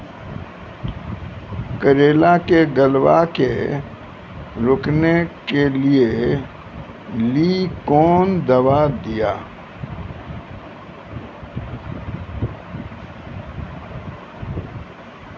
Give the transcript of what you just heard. करेला के गलवा के रोकने के लिए ली कौन दवा दिया?